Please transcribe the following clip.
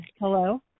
hello